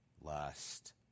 Lust